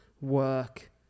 work